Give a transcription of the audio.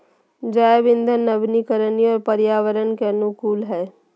जैव इंधन नवीकरणीय और पर्यावरण के अनुकूल हइ